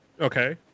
Okay